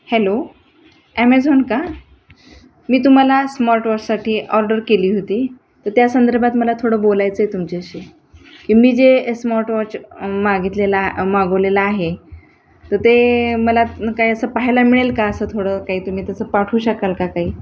hello Amazon का मी तुम्हाला स्मॉर्टवॉचसाठी ऑर्डर केली होती तर त्या संदर्भात मला थोडं बोलायचं आहे तुमच्याशी की मी जे स्मॉर्टवॉच मागितलेला मागवलेला आहे तर ते मला काही असं पाहायला मिळेल का असं थोडं काही तुम्ही तसं पाठवू शकाल का काही